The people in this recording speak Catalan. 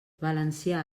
valencià